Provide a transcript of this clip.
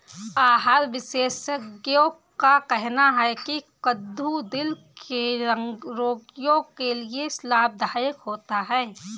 आहार विशेषज्ञों का कहना है की कद्दू दिल के रोगियों के लिए लाभदायक होता है